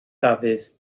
dafydd